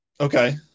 Okay